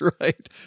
right